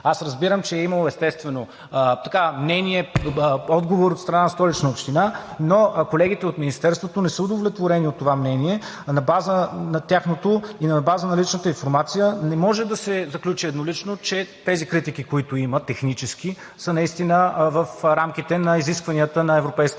Аз разбирам, че е имало естествено мнение, отговор от страна на Столична община, но колегите от Министерството не са удовлетворени от това мнение на база на тяхното и на база на личната информация не може да се заключи еднолично, че тези технически критики, които има, са наистина в рамките на изискванията на Европейската